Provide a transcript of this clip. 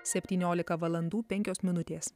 septyniolika valandų penkios minutės